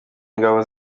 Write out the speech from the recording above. ingabo